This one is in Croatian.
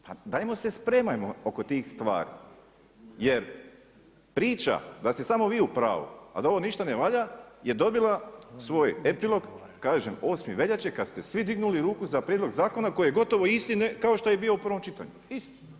Pa dajmo se spremajmo oko tih stvari jer priča da ste samo vi u pravu, a da ovo ništa ne valja, je dobila svoj epilog kažem 8. veljače, kad ste svi dignuli ruku za prijedlog zakona koji je gotovo isti kao što je bio i u prvom čitanju, isti.